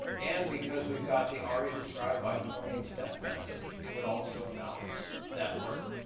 and because we've got the aria-describedby pointing to that message it would also announce that alert.